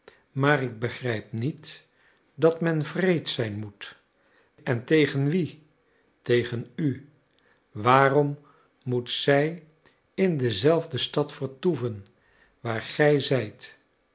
maar ik begrijp niet dat men wreed zijn moet en tegen wien tegen u waarom moet zij in dezelfde stad vertoeven waar gij zijt